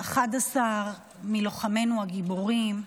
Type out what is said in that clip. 11 מלוחמינו הגיבורים,